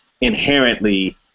inherently